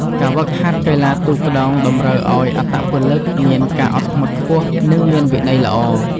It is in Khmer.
ការហ្វឹកហាត់កីឡាទូកក្ដោងតម្រូវឲ្យអត្តពលិកមានការអត់ធ្មត់ខ្ពស់ និងមានវិន័យល្អ។